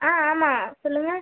ஆ ஆமாம் சொல்லுங்கள்